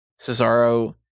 Cesaro